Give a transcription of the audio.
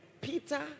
Peter